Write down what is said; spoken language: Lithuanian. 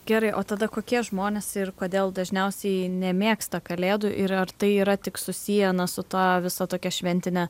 gerai o tada kokie žmonės ir kodėl dažniausiai nemėgsta kalėdų ir ar tai yra tik susiję na su ta visa tokia šventine